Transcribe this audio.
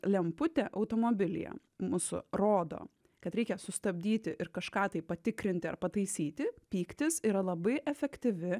lemputė automobilyje mūsų rodo kad reikia sustabdyti ir kažką tai patikrinti ar pataisyti pyktis yra labai efektyvi